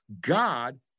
God